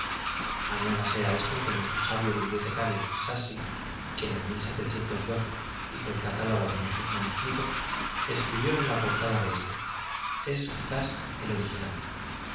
añádase a esto que nuestro sabio bibliotecario sassi quien en hizo el catálogo de nuestros manuscritos escribió en la portada de éste es quizás el original